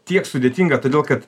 tiek sudėtinga todėl kad